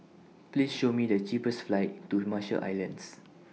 Please Show Me The cheapest flights to The Marshall Islands